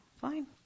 Fine